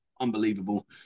unbelievable